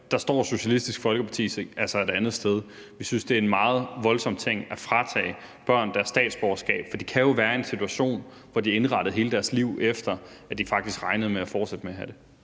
der står Socialistisk Folkeparti altså et andet sted. Vi synes, at det er en meget voldsom ting at fratage børn deres statsborgerskab, for de kan jo være i en situation, hvor de har indrettet hele deres liv efter, at de faktisk regnede med at fortsætte med at have det.